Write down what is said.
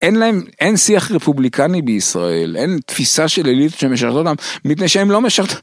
אין להם, אין שיח רפובליקני בישראל. אין תפיסה של עילית שמשחררת אותם מפני שהם לא